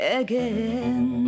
again